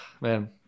man